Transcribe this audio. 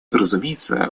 разумеется